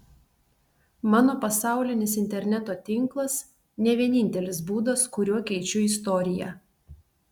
mano pasaulinis interneto tinklas ne vienintelis būdas kuriuo keičiu istoriją